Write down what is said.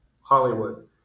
Hollywood